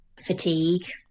Fatigue